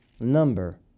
number